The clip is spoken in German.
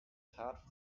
tat